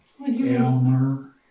Elmer